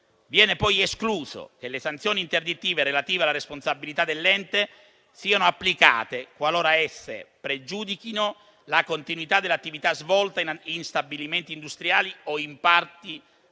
Viene poi escluso che le sanzioni interdittive relative alla responsabilità dell'ente siano applicate qualora esse pregiudichino la continuità dell'attività svolta in stabilimenti industriali - o in parti di